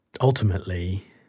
ultimately